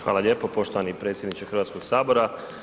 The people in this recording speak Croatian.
Hvala lijepo poštovani predsjedniče Hrvatskog sabora.